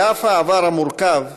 על אף העבר המורכב,